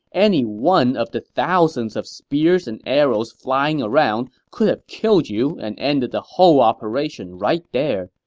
any one of the thousands of spears and arrows flying around could have killed you and ended the whole operation right there.